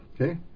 okay